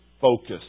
focus